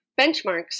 benchmarks